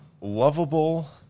lovable